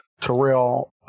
Terrell